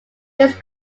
his